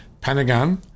pentagon